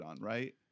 right